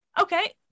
Okay